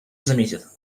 заметят